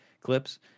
clips